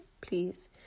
please